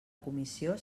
comissió